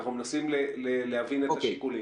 אנחנו מנסים להבין את השיקולים.